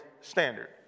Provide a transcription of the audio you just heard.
standard